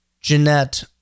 Jeanette